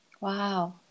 Wow